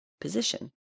position